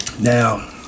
Now